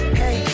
hey